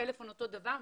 פלאפון אותו דבר,